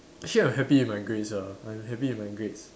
actually I'm happy with my grades ah I'm happy with my grades